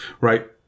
right